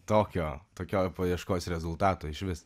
tokio tokio paieškos rezultato išvis